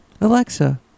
Alexa